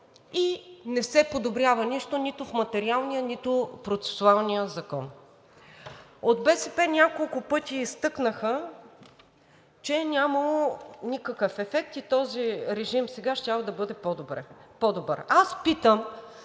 и не се подобрява нищо нито в материалния, нито в процесуалния закон. От БСП няколко пъти изтъкнаха, че нямало никакъв ефект и този режим сега щял да бъде по-добър. Питам: